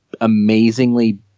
amazingly